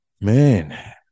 man